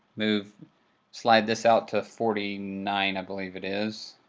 move slide this out to forty nine, i believe it is.